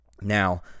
Now